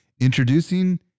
Introducing